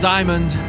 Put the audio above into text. Diamond